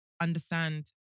understand